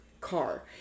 car